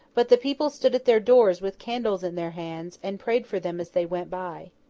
but, the people stood at their doors with candles in their hands, and prayed for them as they went by.